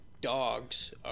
dogs